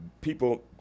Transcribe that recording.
people